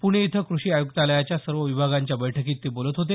पूणे इथं कृषी आयुक्तालयाच्या सर्व विभागांच्या बैठकीत ते बोलत होते